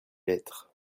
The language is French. lettres